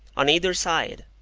on either side,